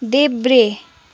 देब्रे